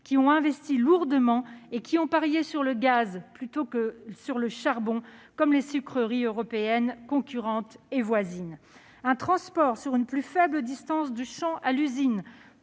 qui ont investi lourdement et qui ont parié sur le gaz plutôt que sur le charbon comme les sucreries européennes concurrentes et voisines. Et le transport du champ à l'usine